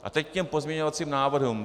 A teď k pozměňovacím návrhům.